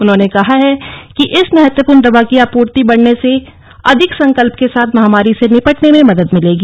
उन्होंने कहा कि इस महत्वपूर्ण दवा की आपूर्ति बढ़ने से अधिक संकल्प के साथ महामारी से निपटने में मदद मिलेगी